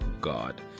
God